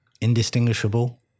Indistinguishable